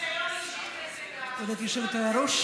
גברתי היושבת-ראש,